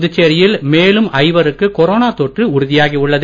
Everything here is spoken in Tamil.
புதுச்சேரியில் மேலும் ஐவருக்கு கொரோனா தொற்று உறுதியாகி உள்ளது